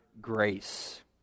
grace